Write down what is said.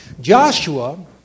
Joshua